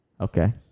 Okay